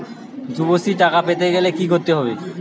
যুবশ্রীর টাকা পেতে গেলে কি করতে হবে?